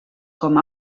com